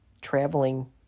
traveling